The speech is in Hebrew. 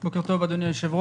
לעשות כל מה שצריך",